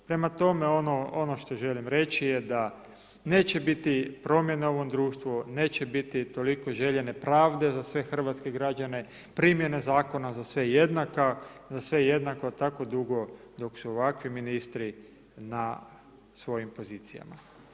Prema tome, ono što želim reći je da neće biti promjena u ovom društvu, neće biti toliko željene pravde za sve hrvatske građane, primjene zakona za sve jednaka, za sve jednako tako dugo dok su ovakvi ministri na svojim pozicijama.